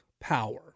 power